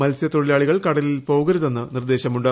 മത്സ്യതൊഴിലാളികൾ കടലിൽ പോകരുതെന്ന് നിർദ്ദേശമുണ്ട്